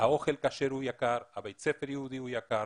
האוכל הכשר יקר, בית הספר היהודי יקר,